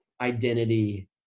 identity